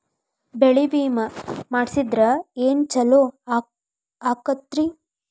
ಬೆಳಿ ವಿಮೆ ಮಾಡಿಸಿದ್ರ ಏನ್ ಛಲೋ ಆಕತ್ರಿ?